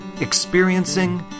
experiencing